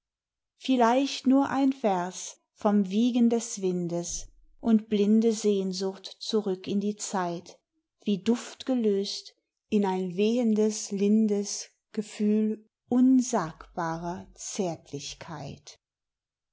vielleicht nur ein vers vom wiegen des windes und blinde sehnsucht zurück in die zeit wie duft gelöst in ein wehendes lindes gefühl unsagbarer zärtlichkeit